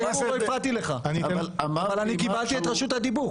אבל אמרתי משהו --- אבל אני קיבלתי את רשות הדיבור.